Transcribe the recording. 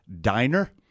Diner